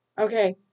okay